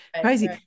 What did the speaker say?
crazy